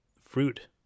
fruit